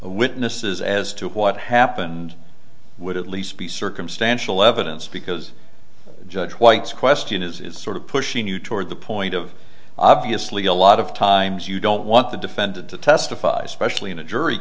witnesses as to what happened would at least be circumstantial evidence because judge white's question is is sort of pushing you toward the point of obviously a lot of times you don't want the defendant to testify specially in a jury